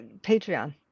Patreon